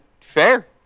fair